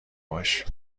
باش